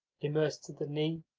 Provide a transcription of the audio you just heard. immersed to the knee,